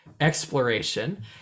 exploration